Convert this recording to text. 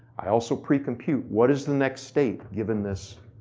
i also pre-compute, what is the next state given this